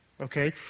okay